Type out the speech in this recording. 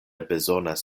bezonas